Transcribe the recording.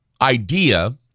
idea